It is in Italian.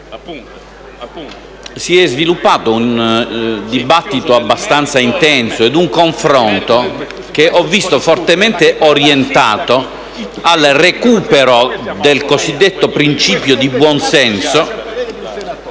si è sviluppato un dibattito abbastanza intenso ed un confronto che ho visto fortemente orientato al recupero del cosiddetto principio di buon senso,